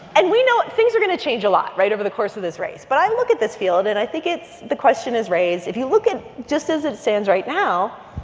and we know things are going to change a lot right? over the course of this race. but i look at this field, and i think it's the question is raised, if you look at just as it stands right now,